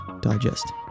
Digest